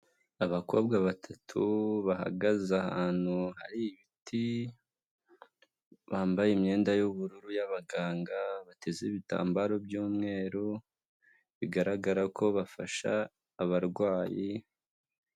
abakobwa batatu bahagaze ahantu hari ibiti bambaye imyenda y'ubururu y'abaganga bateze ibitambaro by'umweru bigaragara ko bafasha abarwayi.